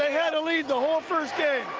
had a lead the whole first game